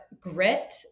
grit